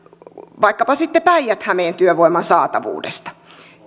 vaikkapa sitten päijät hämeen työvoiman saatavuudesta